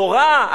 תורה,